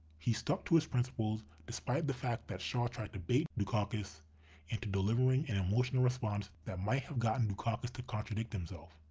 he stuck to his principles despite the fact that shaw tried to bait dukakis into delivering an emotional response that might have gotten dukakis to contradict himself.